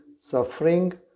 suffering